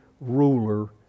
ruler